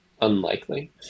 unlikely